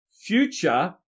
future